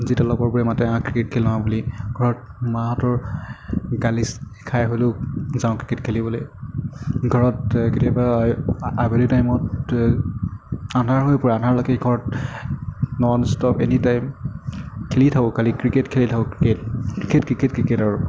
যেতিয়া লগৰবোৰে মাতে আহ ক্ৰিকেট খেলো আহ বুলি ঘৰত মাহঁতৰ গালি খাই হ'লেও যাওঁ ক্ৰিকেট খেলিবলৈ ঘৰত কেতিয়াবা আবেলি টাইমত আন্ধাৰ হৈ পৰে আন্ধাৰলৈকে ঘৰত নন ষ্টপ এনি টাইম খেলিয়ে থাকো খালী ক্ৰিকেট খেলি থাকোঁ ক্ৰিকেট ক্ৰিকেট ক্ৰিকেট ক্ৰিকেট আৰু